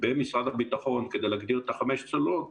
במשרד הביטחון כדי להגדיר את חמש הצוללות.